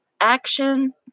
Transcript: action